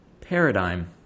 paradigm